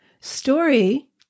Story